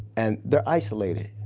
and they're isolated.